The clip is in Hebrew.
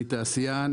אני תעשיין,